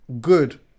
good